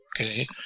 Okay